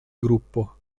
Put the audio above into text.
gruppo